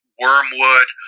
wormwood